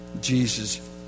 Jesus